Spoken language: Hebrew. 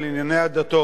השר מרגי,